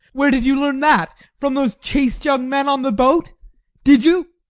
where did you learn that? from those chaste young men on the boat did you?